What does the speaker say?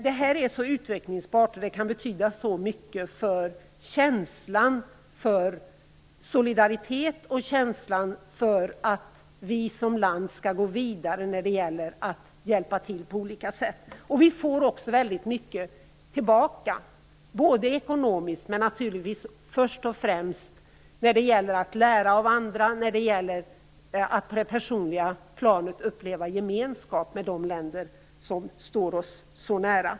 Detta är så utvecklingsbart, och det kan betyda så mycket för känslan för solidaritet och känslan för att vi som land skall gå vidare när det gäller att hjälpa till på olika sätt. Vi får också väldigt mycket tillbaka både ekonomiskt och naturligtvis först och främst när det gäller att lära av andra och när det gäller att på det personliga planet uppleva gemenskap med de länder som står oss så nära.